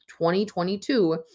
2022